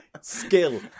skill